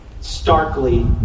Starkly